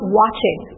watching